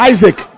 Isaac